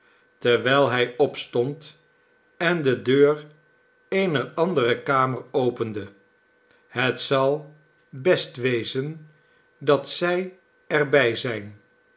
terwijl hij opstond en de deur eener andere kamer opende het zal best wezen dat zij er bij zijn